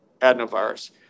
adenovirus